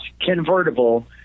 convertible